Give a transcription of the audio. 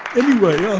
anyway,